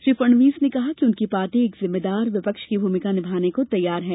श्री फडणवीस ने कहा कि उनकी पार्टी एक जिम्मेदार विपक्ष की भूमिका निभाने को तैयार है